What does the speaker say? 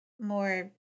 more